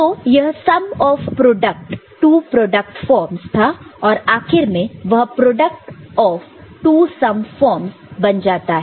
तो यह sum of two product terms था और आखिर में वह product of two sum terms बन जाता है